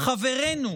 חברינו